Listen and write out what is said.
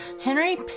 Henry